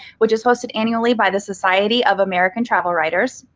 which is hosted annually by the society of american travel writers,